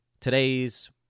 today's